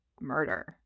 murder